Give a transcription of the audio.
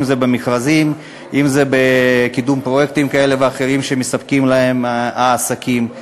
אם זה במכרזים ואם זה בקידום פרויקטים כאלה ואחרים שמספקים להם העסקים.